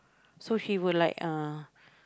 so she will like uh